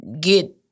get